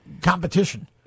competition